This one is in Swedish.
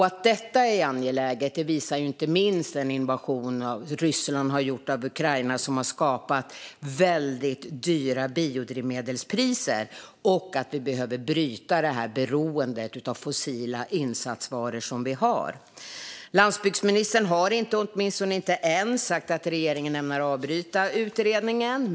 Att detta är angeläget visar inte minst Rysslands invasion av Ukraina, som har skapat väldigt höga biodrivmedelspriser. Vi behöver bryta det beroende av fossila insatsvaror som vi har. Landsbygdsministern har inte - åtminstone inte än - sagt att regeringen ämnar avbryta utredningen.